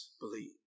Believe